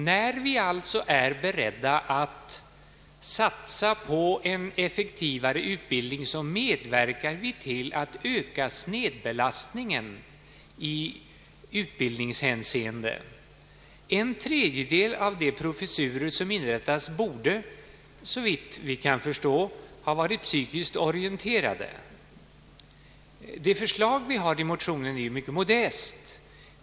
När vi alltså är beredda att satsa på en effektivare utbildning medverkar vi samtidigt till att öka snedbelastningen i utbildningshänseende. En tredjedel av de professurer som inrättas borde, såvitt vi kan förstå, ha varit psykiskt orienterade. Vårt förslag i motionen är mycket modest.